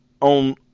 on